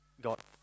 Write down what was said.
got